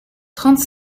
trente